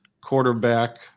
quarterback